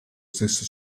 stesso